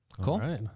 Cool